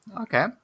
Okay